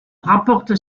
rapporte